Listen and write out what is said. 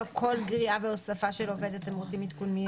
או על כל גריעה או הוספה של עובד אתם רוצים עדכונים?